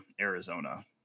Arizona